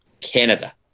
Canada